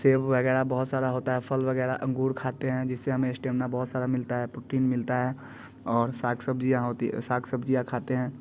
सेब वगैरह बहुत सारा होता है फल वगैरह अंगूर खाते हैं जिससे हमें इस्तेमिना बहुत सारा मिलता है प्रोटिन मिलता है और साग सब्जियाँ होती साग सब्जियाँ खाते हैं